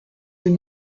vous